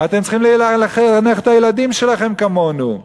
אתם צריכים לחנך את הילדים שלכם כמונו.